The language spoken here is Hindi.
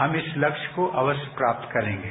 हम इस लक्ष्य को अवश्य प्राप्त करेंगे